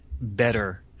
better